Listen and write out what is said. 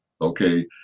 Okay